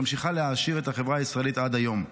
שממשיכה להעשיר את החברה הישראלית עד היום.